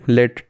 Let